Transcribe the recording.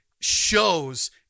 shows